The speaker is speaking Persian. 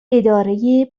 اداره